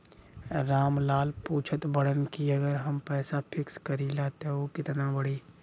राम लाल पूछत बड़न की अगर हम पैसा फिक्स करीला त ऊ कितना बड़ी?